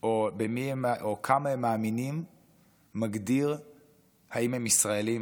או כמה הם מאמינים מגדיר האם הם ישראליים